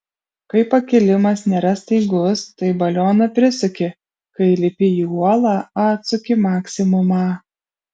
kai pakilimas nėra staigus tai balioną prisuki kai lipi į uolą atsuki maksimumą